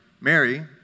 Mary